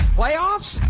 Playoffs